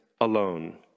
alone